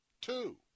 Two